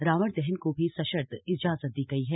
रावण दहन को भी सशर्त इजाजत दी गई है